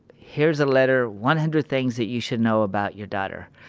here's a letter. one hundred things that you should know about your daughter.